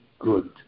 good